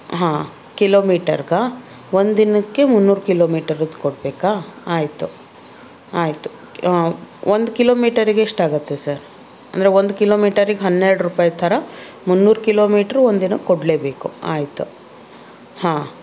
ಹಾಂ ಕಿಲೋಮೀಟರ್ಗಾ ಒಂದು ದಿನಕ್ಕೆ ಮುನ್ನೂರು ಕಿಲೋಮೀಟರ್ದು ಕೊಡಬೇಕಾ ಆಯಿತು ಆಯಿತು ಒಂದು ಕಿಲೋಮೀಟರ್ಗೆ ಎಷ್ಟಾಗತ್ತೆ ಸರ್ ಅಂದರೆ ಒಂದು ಕಿಲೋಮೀಟರಿಗೆ ಹನ್ನೆರಡು ರೂಪಾಯಿ ಥರ ಮುನ್ನೂರು ಕಿಲೋಮೀಟ್ರು ಒಂದು ದಿನಕ್ಕೆ ಕೊಡಲೇಬೇಕು ಆಯಿತು ಹಾಂ